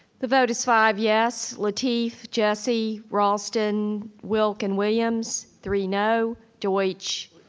the vote is five yes, lateef, jessie, raulston, wilk, and williams. three no, deutsch,